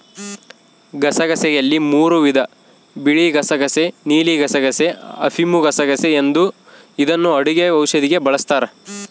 ಗಸಗಸೆಯಲ್ಲಿ ಮೂರೂ ವಿಧ ಬಿಳಿಗಸಗಸೆ ನೀಲಿಗಸಗಸೆ, ಅಫಿಮುಗಸಗಸೆ ಎಂದು ಇದನ್ನು ಅಡುಗೆ ಔಷಧಿಗೆ ಬಳಸ್ತಾರ